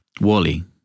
Wally